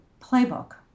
playbook